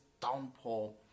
downpour